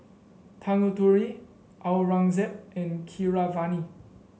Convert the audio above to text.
Tanguturi Aurangzeb and Keeravani